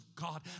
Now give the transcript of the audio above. God